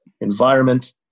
environment